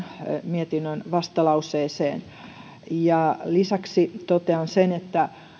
mietinnön vastalauseeseen lisäksi totean sen että